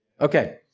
Okay